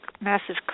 Massive